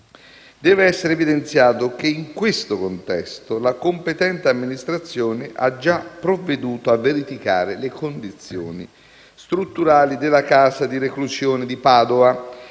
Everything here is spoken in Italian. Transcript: Deve essere evidenziato che, in questo contesto, la competente Amministrazione ha già provveduto a verificare le condizioni strutturali della casa di reclusione di Padova